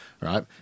right